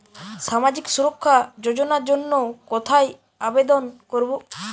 সামাজিক সুরক্ষা যোজনার জন্য কোথায় আবেদন করব?